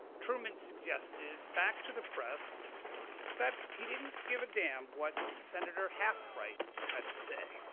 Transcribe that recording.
truman suggested back to the press that he didn't give a damn what senator halfbright had to say.